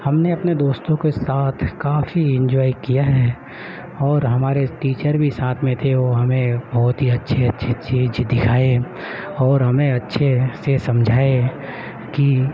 ہم نے اپنے دوستوں کے ساتھ کافی انجوائے کیا ہے اور ہمارے ٹیچر بھی ساتھ میں تھے وہ ہمیں بہت ہی اچھے اچھی چیز دکھائے اور ہمیں اچھے سے سمجھائے کہ